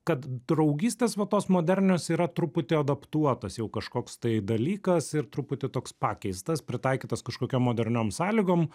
kad draugystės va tos modernios yra truputį adaptuotos jau kažkoks tai dalykas ir truputį toks pakeistas pritaikytas kažkokiom moderniom sąlygom